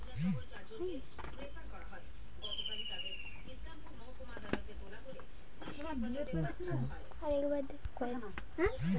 National pension scheme কারা নিয়ন্ত্রণ করে?